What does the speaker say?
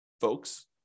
folks